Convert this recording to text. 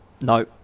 No